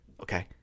okay